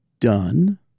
done